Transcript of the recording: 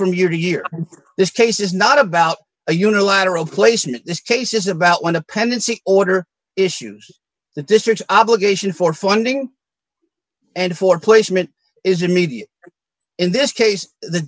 from year to year this case is not about a unilateral place in this case is about one of pendency order issues the district obligation for funding and for placement is a media in this case the